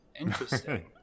interesting